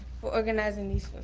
for organizing these